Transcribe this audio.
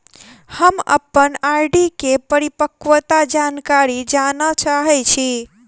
हम अप्पन आर.डी केँ परिपक्वता जानकारी जानऽ चाहै छी